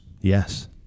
Yes